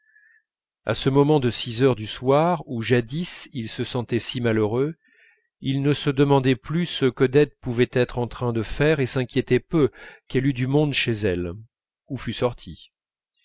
à ce moment de six heures du soir où jadis il se sentait si malheureux il ne se demandait plus ce qu'odette pouvait être en train de faire et s'inquiétait peu qu'elle eût du monde chez elle ou fût sortie